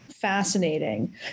fascinating